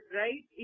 right